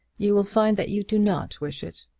you will find that you do not wish it.